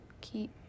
keep